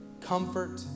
comfort